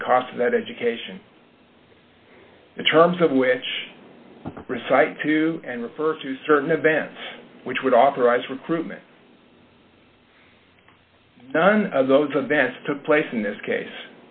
for the cost of that education in terms of which recite to and refer to certain events which would authorize recruitment none of those events took place in this case